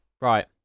Right